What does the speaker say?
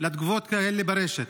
לתגובות כאלה ברשת.